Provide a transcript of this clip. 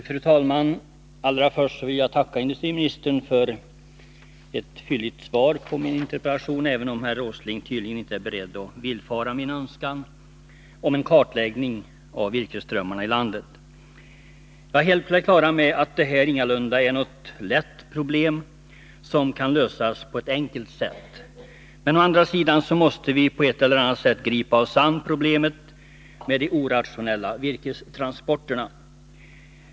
Fru talman! Allra först vill jag tacka industriministern för ett fylligt svar på min interpellation, även om herr Åsling tydligen inte är beredd att villfara min önskan om en kartläggning av virkesströmmarna i landet. Jag är helt på det klara med att det här ingalunda är något lätt problem, som kan lösas på ett enkelt sätt, men å andra sidan måste vi på ett eller annat sätt gripa oss an problemet med de orationella virkestransporterna.